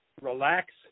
relax